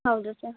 ಹೌದು ಸರ್